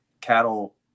cattle